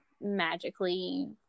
magically